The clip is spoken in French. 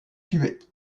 tués